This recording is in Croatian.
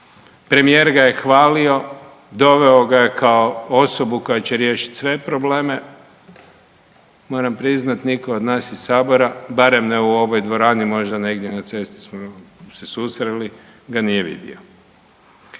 premijer ga je hvalio, doveo ga je kao osobu koja će riješiti sve probleme. Moram priznati, nitko od nas iz Sabora, barem ne u ovoj dvorani, možda negdje na cesti smo se susreli, ga nije vidio.